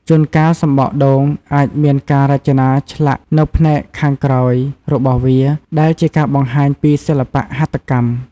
ជួនកាល សំបកដូងអាចមានការរចនាឆ្លាក់នៅផ្នែកខាងក្រោយរបស់វា ដែលជាការបង្ហាញពីសិល្បៈហត្ថកម្ម។